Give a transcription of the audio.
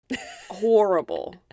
horrible